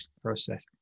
process